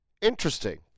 interesting